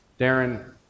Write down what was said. Darren